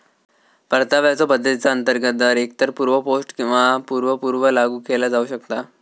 परताव्याच्यो पद्धतीचा अंतर्गत दर एकतर पूर्व पोस्ट किंवा पूर्व पूर्व लागू केला जाऊ शकता